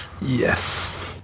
Yes